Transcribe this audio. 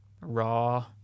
raw